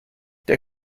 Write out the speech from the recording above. der